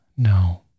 no